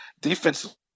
defensively